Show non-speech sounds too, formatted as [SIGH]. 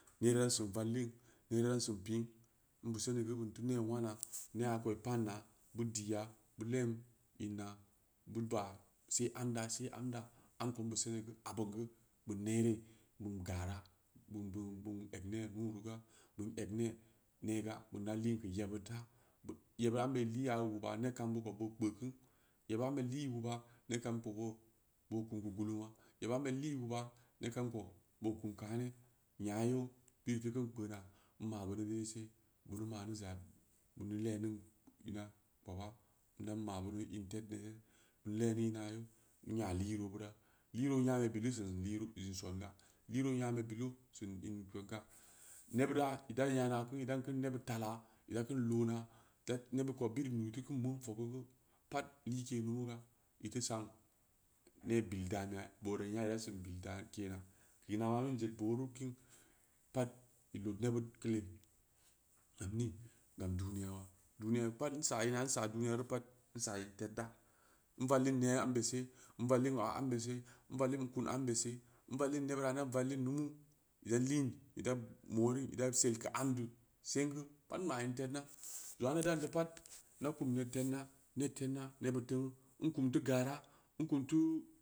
Nere dan se valhi nere dan sin piin in beu seni gen beun teu ne wana ne'a kou i baanna beu diya beu lebm inna beu ba sei anda sei amda am kou in beu seni geu abun geu beun nere bun gara bun- bun- bun eg nee gubuka bun eg nee nega bun da lin keu yebudta beu yebud am be liya wuba neb kam bud kou boo kpeu ku yebud ambe li wuba neb kam kou boo kum keu guluma yeb ambe li wuba ne kam kou boo kum kane nya yeu biri teu kin kpeuna in ma beuni dai-dai se beuni mani zabe beuni leni ina kpoba ina in ma beuni in ten de geu leni in yeu nya lirobura liro nyame bilu sinlin son ga-liro nyame bilu sin in son ga nebura ida. nyanaku idan kin nebud fala idan kin loona da nebud kou inuu teu kin meun fogeu gen pat like numu ga, iteu san ne bil dana boora i nyai idasin bil kena ina mamuin jed boru kin pat i lood nebud kili [UNINTELLIGIBLE] jed ning gam duniya wong'aa duniya pat in sa ina insa duniyaru pat insa in tedda in vallin ne ambe se in vallin waa ambe se in vallin kun ambe se in vallin nebura ida vallin numu ida lin morin ida sel keu am du sengeu pat in ma in tedrina jong aa inda dan deu pat ida kum ne tednna nebud teung in kum teu gara in kum teu